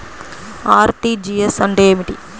RTGS అంటే ఏమిటి?